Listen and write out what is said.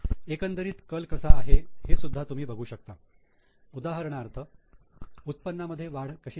एकंदरीत कल कसा आहे हे सुद्धा तुम्ही बघू शकता उदाहरणार्थ उत्पन्नामध्ये वाढ कशी आहे